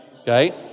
Okay